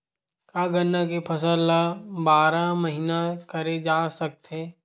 का गन्ना के फसल ल बारह महीन करे जा सकथे?